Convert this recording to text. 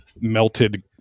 melted